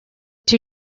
too